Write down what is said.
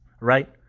right